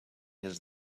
his